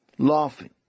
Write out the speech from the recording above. Laughing